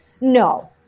No